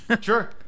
Sure